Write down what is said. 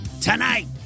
tonight